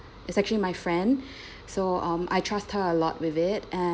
is actually my friend so um I trust her a lot with it and